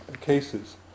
cases